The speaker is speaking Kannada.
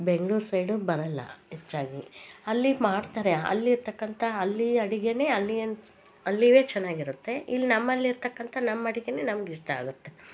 ಬೆಂಗ್ಳೂರು ಸೈಡು ಬರಲ್ಲ ಹೆಚ್ಚಾಗಿ ಅಲ್ಲಿ ಮಾಡ್ತಾರೆ ಅಲ್ಲಿರ್ತಕ್ಕಂಥ ಅಲ್ಲಿ ಅಡಿಗೇನೇ ಅಲ್ಲಿನ ಅಲ್ಲಿದೇ ಚೆನ್ನಾಗಿರುತ್ತೆ ಇಲ್ಲಿ ನಮ್ಮಲ್ಲಿರ್ತಕ್ಕಂಥ ನಮ್ಮ ಅಡಿಗೇನೇ ನಮ್ಗ ಇಷ್ಟ ಆಗುತ್ತೆ